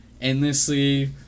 endlessly